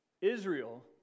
Israel